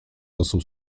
osób